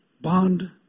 Bond